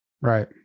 Right